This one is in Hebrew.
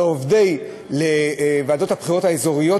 לעובדי ועדות הבחירות האזוריות,